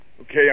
Okay